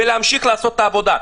ולהמשיך לעשות את העבודה?